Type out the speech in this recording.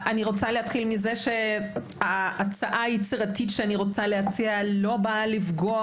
אני רוצה להתחיל מזה שההצעה היצירתית שאני רוצה להציע לא באה לפגוע